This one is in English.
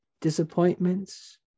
disappointments